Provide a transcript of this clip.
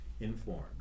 informed